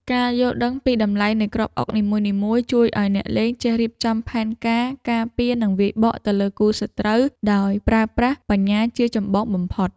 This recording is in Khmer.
ការយល់ដឹងពីតម្លៃនៃគ្រាប់អុកនីមួយៗជួយឱ្យអ្នកលេងចេះរៀបចំផែនការការពារនិងវាយបកទៅលើគូសត្រូវដោយប្រើប្រាស់បញ្ញាជាចម្បងបំផុត។